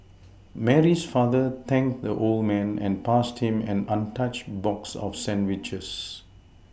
Mary's father thanked the old man and passed him an untouched box of sandwiches